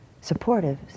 supportive